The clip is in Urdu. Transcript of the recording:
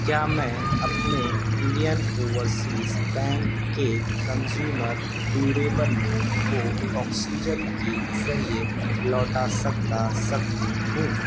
کیا میں اپنے انڈین اوور سیز بینک کے کنزیومر ڈیوریبل لون کو آکسیجن کے ذریعے لوٹا سکتا سکتی ہوں